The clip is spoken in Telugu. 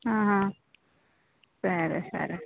సరే సరే